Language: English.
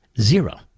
Zero